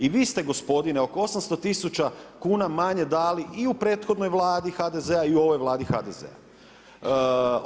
I vi ste gospodine oko 800 tisuća kuna manje dali i u prethodnoj Vladi HDZ-a i u ovoj Vladi HDZ-a.